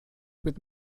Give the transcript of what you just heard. with